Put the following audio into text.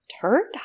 turned